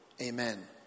Amen